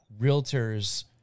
realtors –